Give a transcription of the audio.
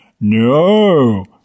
No